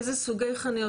איזה סוגי חניות,